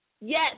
Yes